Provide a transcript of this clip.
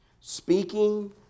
speaking